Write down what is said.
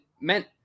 meant